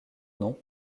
nom